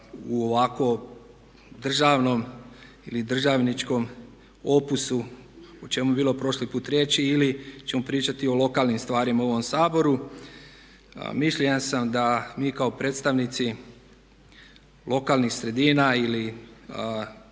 u ovako državnom ili državničkom opusu o čemu je bilo prošli put riječi ili ćemo pričati o lokalnim stvarima u ovom Saboru. Mišljenja sam da mi kao predstavnici lokalnih sredina ili